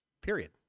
Period